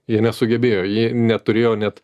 jie nesugebėjo jie neturėjo net